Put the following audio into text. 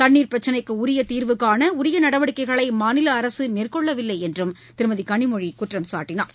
தண்ணீர் பிரச்சினைக்கு தீர்வு காண உரிய நடவடிக்கைகளை மாநில அரசு மேற்கொள்ளவில்லை என்றும் திருமதி கனிமொழி குற்றம் சாட்டினார்